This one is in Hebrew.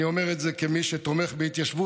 אני אומר את זה כמי שתומך בהתיישבות,